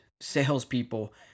salespeople